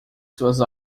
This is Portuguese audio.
suas